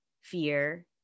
fear